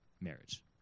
marriage